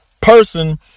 person